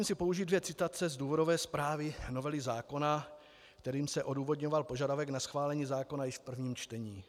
Dovolím si použít dvě citace z důvodové zprávy novely zákona, kterými se odůvodňoval požadavek na schválení zákona již v prvním čtení.